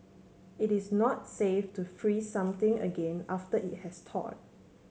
it is not safe to freeze something again after it has thaw